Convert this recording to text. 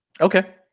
okay